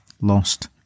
lost